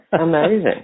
amazing